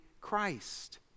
Christ